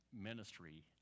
ministry